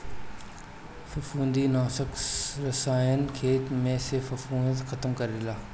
फंफूदनाशक रसायन खेत में से फंफूद खतम करेला